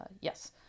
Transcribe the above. Yes